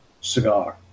cigar